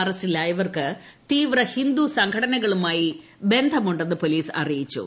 അറസ്റ്റിലായവർക്ക് തീവ്ര ഹിന്ദു സംഘടനകളുമായി ബന്ധമുണ്ടെന്ന് പോലീസ് അറിയിച്ചു